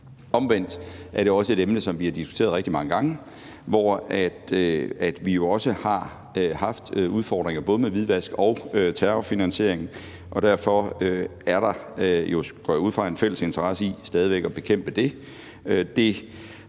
Omvendt er det også et emne, som vi har diskuteret rigtig mange gange, og hvor vi jo også har haft udfordringer både med hvidvask og terrorfinansiering, og derfor er der jo, går jeg ud fra, en fælles interesse i stadig væk at bekæmpe det.